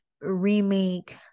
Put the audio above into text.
remake